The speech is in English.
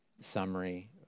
summary